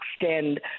extend